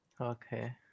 Okay